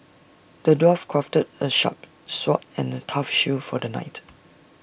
the dwarf crafted A sharp sword and A tough shield for the knight